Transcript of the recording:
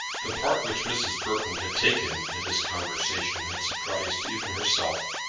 the part which mrs. burton had taken in this conversation had surprised even herself.